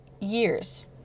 years